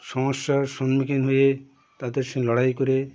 সমস্যার সম্মুখীন হয়ে তাদের সঙ্গে লড়াই করে